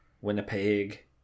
Winnipeg